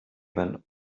when